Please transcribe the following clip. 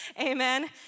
Amen